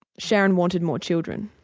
sharon wanted more children.